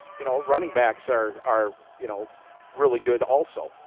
you know, running backs are are you know really good also.